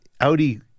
Audi